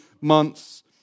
months